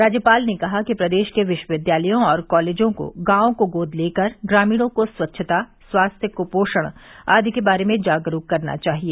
राज्यपाल ने कहा कि प्रदेश के विश्वविद्यालयों और कालेजों को गांवों को गोद लेकर ग्रामीणों को स्वच्छता स्वास्थ्य क्पोषण आदि के बारे में जागरूक करना चाहिए